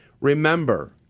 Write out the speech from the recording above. Remember